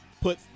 put